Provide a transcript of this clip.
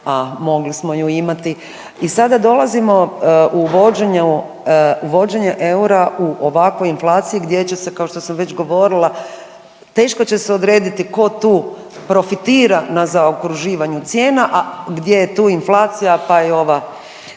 a mogli smo ju imati i sada dolazimo uvođenje eura u ovakvoj inflaciji gdje će se kao što sam već govorila, teško će se odrediti ko tu profitira na zaokruživanju cijena, a gdje je tu inflacija, pa i ova